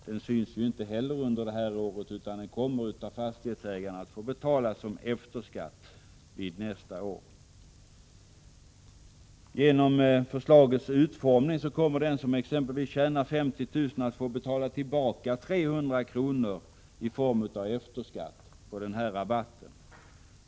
Den syns inte heller under detta år, utan kommer att få betalas av fastighetsägarna som efterskatt nästa år. Genom förslagets utformning kommer den som exempelvis tjänar 50 000 kr. att få betala tillbaka 300 kr. i form av efterskatt på rabatten.